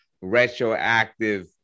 retroactive